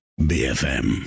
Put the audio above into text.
BFM